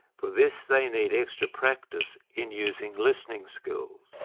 for this they need extra practice in using listening skills.